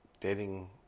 dating